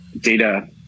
data